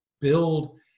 build